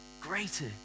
greater